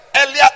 Earlier